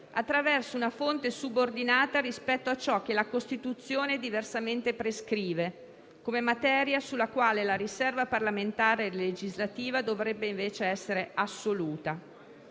attraverso una fonte subordinata rispetto a ciò che la Costituzione diversamente prescrive, come materia sulla quale la riserva parlamentare legislativa dovrebbe invece essere assoluta.